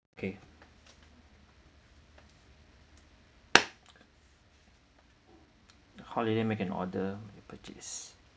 okay holiday make an order purchase